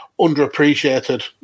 underappreciated